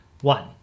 One